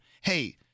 hey